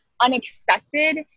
unexpected